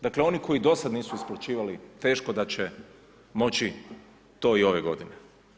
Dakle, oni koji dosad nisu isplaćivali teško da će moći to i ove godine.